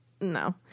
no